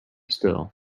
still